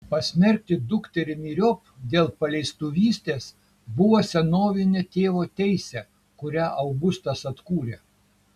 pasmerkti dukterį myriop dėl paleistuvystės buvo senovinė tėvo teisė kurią augustas atkūrė